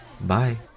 Bye